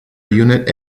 unit